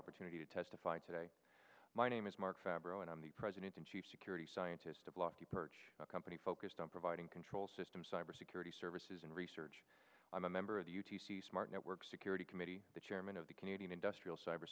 opportunity to testify today my name is mark fabro and i'm the president and chief security scientist of lofty perch a company focused on providing control systems cyber security services and research i'm a member of the u t c smart network security committee the chairman of the canadian industrial cyber